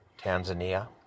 Tanzania